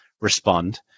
respond